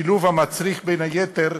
שילוב המצריך, בין היתר,